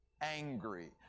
angry